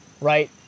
right